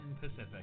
Pacific